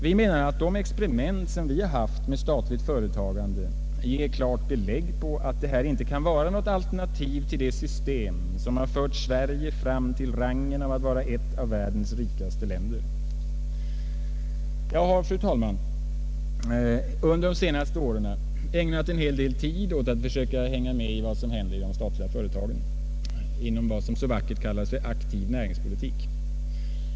Vi anser att de experiment som vi haft med statligt företagande ger klart belägg för att detta inte kan vara något alternativ till det system som har fört Sverige fram till rangen av ett av världens rikaste länder. Jag har, fru talman, under de senaste åren ägnat en hel del tid åt att försöka följa vad som händer i de statliga företagen, inom vad som så vackert kallas ”aktiv näringspolitik”.